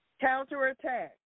counterattack